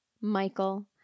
Michael